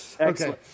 Okay